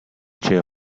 chair